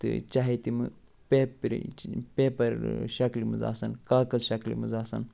تہٕ چاہے تِمہٕ پیٚپرِچ پیٚپر شکلہِ منٛز آسان کاغذ شکلہِ منٛز آسن